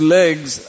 legs